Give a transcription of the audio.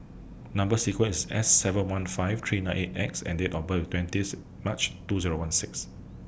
Number sequence IS S seven one five three nine eight X and Date of birth IS twentieth March two Zero one six